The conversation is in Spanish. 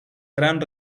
gran